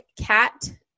cat